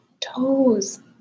toes